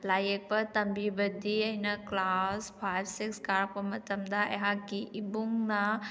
ꯂꯥꯏ ꯌꯦꯛꯄ ꯇꯝꯕꯤꯕꯗꯤ ꯑꯩꯅ ꯀ꯭ꯂꯥꯁ ꯐꯥꯏꯞ ꯁꯤꯛꯁ ꯀꯥꯔꯛꯄ ꯃꯇꯝꯗ ꯑꯩꯍꯥꯛꯀꯤ ꯏꯕꯨꯡꯅ